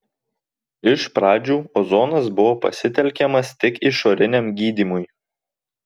iš pradžių ozonas buvo pasitelkiamas tik išoriniam gydymui